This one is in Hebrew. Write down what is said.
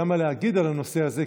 היה מה להגיד על הנושא הזה,